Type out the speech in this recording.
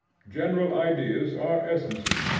general ideas are essences.